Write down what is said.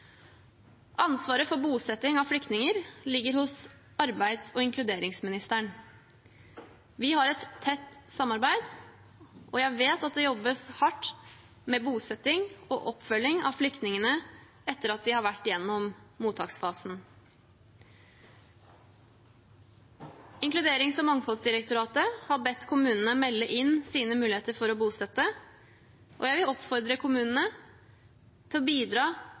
Ansvaret for bosetting av flyktninger ligger hos arbeids- og inkluderingsministeren. Vi har et tett samarbeid, og jeg vet at det jobbes hardt med bosetting og oppfølging av flyktningene etter at de har vært gjennom mottaksfasen. Integrerings- og mangfoldsdirektoratet har bedt kommunene melde inn sine muligheter for å bosette, og jeg vil oppfordre kommunene til å bidra